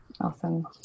awesome